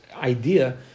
idea